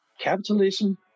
capitalism